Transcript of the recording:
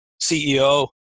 CEO